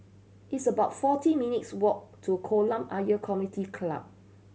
it's about forty minutes' walk to Kolam Ayer Community Club